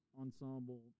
ensemble